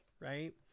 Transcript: right